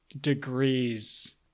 degrees